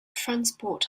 transport